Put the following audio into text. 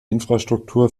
infrastruktur